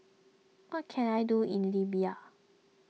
what can I do in Libya